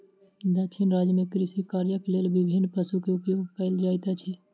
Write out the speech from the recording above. दक्षिण राज्य में कृषि कार्यक लेल विभिन्न पशु के उपयोग कयल जाइत अछि